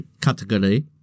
category